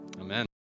Amen